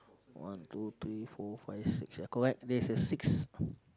one two three four five six ya correct there's a sixth